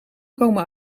komen